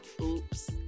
Oops